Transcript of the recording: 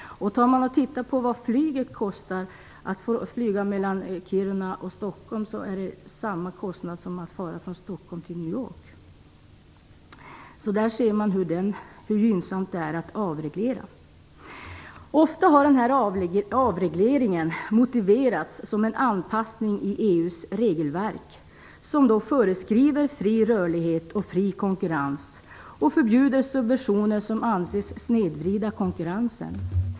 Att flyga från Kiruna till Stockholm kostar lika mycket som att flyga från Stockholm till New York. Där ser man hur gynnsamma avregleringarna är. Ofta har avregleringen motiverats som en anpassning till EU:s regelverk som föreskriver fri rörlighet och fri konkurrens och förbjuder subventioner som anses snedvrida konkurrensen.